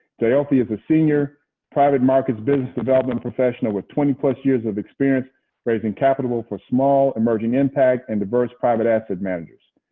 jyoti is a senior private markets business development professional with twenty plus years of experience raising capital for small emerging impact and diverse private asset managers.